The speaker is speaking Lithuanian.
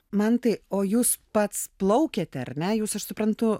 mantai o jūs pats plaukiate ar ne jūs aš suprantu